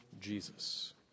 Jesus